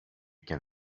can